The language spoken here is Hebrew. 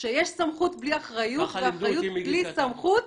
כשיש סמכות בלי אחריות והאחריות בלי סמכות